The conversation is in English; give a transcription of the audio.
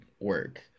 work